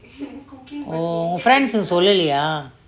உன்:un friends சொல்லெலியா:solleliyaa